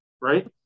right